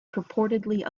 purportedly